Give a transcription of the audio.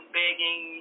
begging